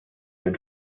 den